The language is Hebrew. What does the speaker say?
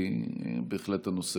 כי הנושא בהחלט חשוב.